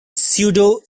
pseudo